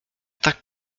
tak